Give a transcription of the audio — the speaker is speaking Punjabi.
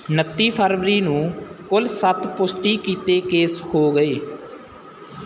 ਉੱਨਤੀ ਫ਼ਰਵਰੀ ਨੂੰ ਕੁੱਲ ਸੱਤ ਪੁਸ਼ਟੀ ਕੀਤੇ ਕੇਸ ਹੋ ਗਏ